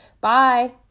Bye